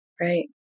right